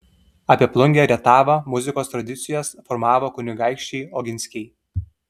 apie plungę rietavą muzikos tradicijas formavo kunigaikščiai oginskiai